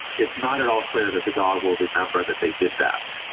it's not at all clear that the dog will remember that they did that.